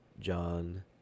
John